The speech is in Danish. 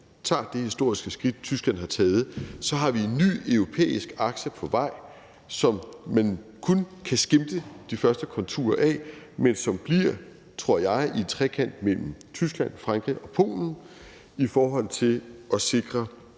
tager det historiske skridt, Tyskland har taget, så har vi en ny europæisk akse på vej, som man kun kan skimte de første konturer af, men som bliver, tror jeg, i en trekant mellem Tyskland, Frankrig og Polen i forhold til simpelt